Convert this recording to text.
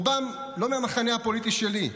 רובם לא מהמחנה הפוליטי שלי,